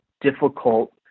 difficult